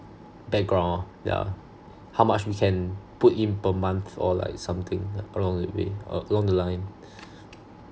background lor yeah how much we can put in per month or like something along the way uh along the line